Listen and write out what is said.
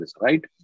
right